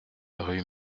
rue